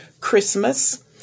Christmas